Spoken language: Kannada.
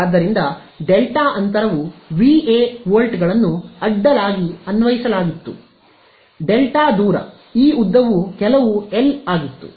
ಆದ್ದರಿಂದ ಡೆಲ್ಟಾ ಅಂತರವು ವಿಎ ವೋಲ್ಟ್ಗಳನ್ನು ಅಡ್ಡಲಾಗಿ ಅನ್ವಯಿಸಲಾಗಿತ್ತು Δ ದೂರ ಈ ಉದ್ದವು ಕೆಲವು ಎಲ್ ಬಲವಾಗಿತ್ತು